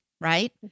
right